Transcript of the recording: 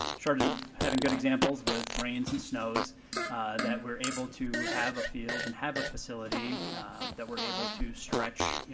shortage of having good examples with rains and snows that we're able to have a field and have a facility that we're able to stretch, you